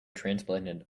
transplanted